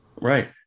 Right